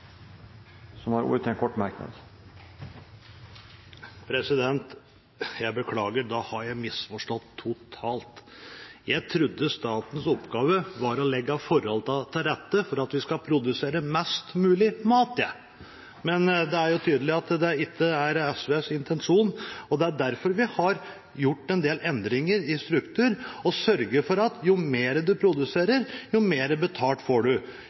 da har jeg misforstått totalt! Jeg trodde statens oppgave var å legge forholdene til rette for at vi skal produsere mest mulig mat, men det er jo tydelig at det ikke er SVs intensjon. Det er derfor vi har gjort en del endringer i struktur og sørget for at jo mer man produserer, jo mer betalt får